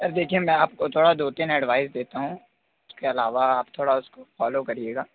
sir देखिए मैं आपको थोड़ा दो तीन एडवाइस देता हूँ उसके अलावा आप थोड़ा उसको फ़ॉलो करिएगा